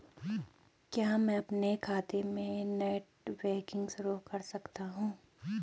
क्या मैं अपने खाते में नेट बैंकिंग शुरू कर सकता हूँ?